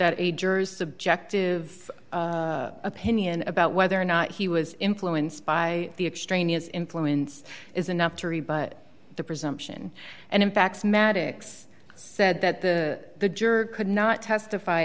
that ager's subjective opinion about whether or not he was influenced by the extraneous influence is enough to rebut the presumption and in fact maddicks said that the the jury could not testify